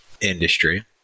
industry